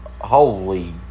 Holy